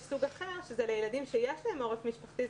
יש סוג אחר של מוסדות לילדים שיש להם עורף משפחתי,